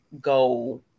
go